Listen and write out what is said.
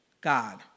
God